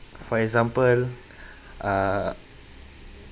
for example a